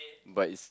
but it's